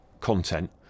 content